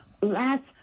last